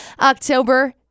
October